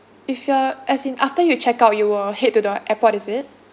if you are as in after you check out you will head to the airport is it